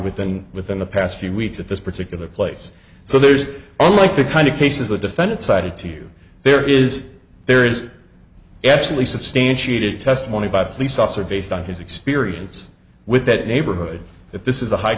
within within the past few weeks at this particular place so there's only the kind of cases the defendant cited to you there is there is actually substantiated testimony by a police officer based on his experience with that neighborhood if this is a high